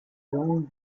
lande